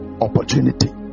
opportunity